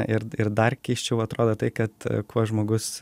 ir ir dar keisčiau atrodo tai kad kuo žmogus